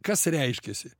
kas reiškiasi